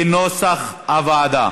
כנוסח הוועדה.